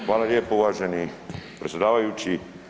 Hvala lijepo uvaženi predsjedavajući.